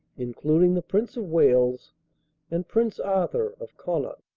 including the prince of wales and prince arthur of connaught.